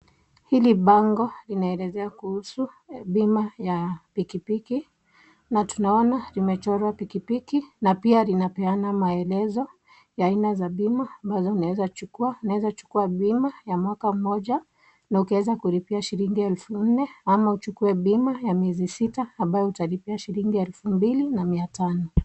Hili bango linaelezea kuhusu bima ya pikipiki, na tunaona limechorwa pikipiki na pia linapeana maelezo ya aina za bima ambazo unaezachukua, unaeza kuchukua bima ya mwaka mmoja na ukaeza lipia shilingi 4,000 ama uchukue bima ya miezi sita ambayo utalipia shilingi 2500.